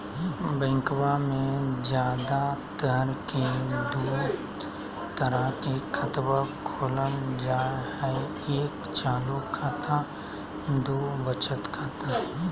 बैंकवा मे ज्यादा तर के दूध तरह के खातवा खोलल जाय हई एक चालू खाता दू वचत खाता